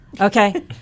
okay